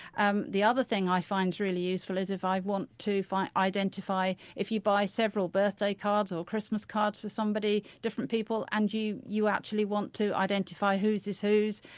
um the other thing i find is really useful is if i want to identify if you buy several birthday cards or christmas cards for somebody, different people, and you you actually want to identify whose is whose.